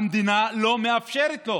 המדינה לא מאפשרת לו,